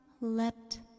leapt